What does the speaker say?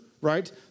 right